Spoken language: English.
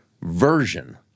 version